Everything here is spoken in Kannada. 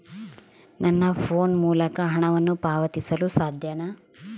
ನನ್ನ ಫೋನ್ ಮೂಲಕ ಹಣವನ್ನು ಪಾವತಿಸಲು ಸಾಧ್ಯನಾ?